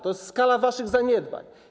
To jest skala waszych zaniedbań.